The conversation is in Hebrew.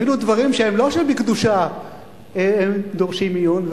אפילו דברים שהם לא שבקדושה דורשים עיון,